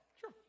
Sure